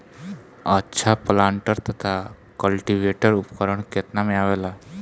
अच्छा प्लांटर तथा क्लटीवेटर उपकरण केतना में आवेला?